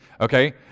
Okay